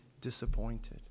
disappointed